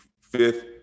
fifth